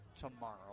tomorrow